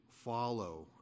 Follow